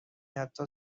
حتی